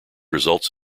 results